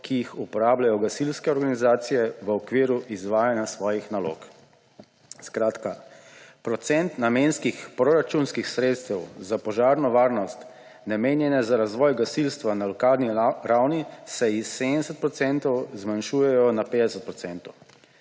ki jih uporabljajo gasilske organizacije v okviru izvajanja svojih nalog. Skratka, procent namenskih proračunskih sredstev za požarno varnost, namenjen za razvoj gasilstva na lokalni ravni, se s 70 procentov zmanjšuje na 50